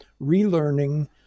relearning